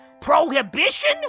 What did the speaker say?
prohibition